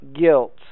guilt